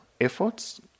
efforts